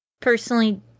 personally